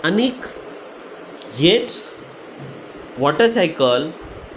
आनीक हेच वॉटरसायकल